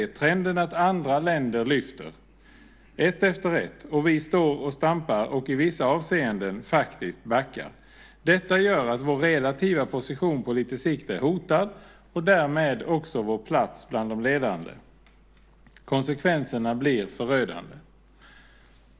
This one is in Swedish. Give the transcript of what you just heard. Det är trenden att andra länder lyfter ett efter ett och att vi står och stampar och i vissa avseenden faktiskt backar. Detta gör att vår relativa position på lite sikt är hotad och därmed också vår plats bland de ledande. Konsekvenserna blir förödande.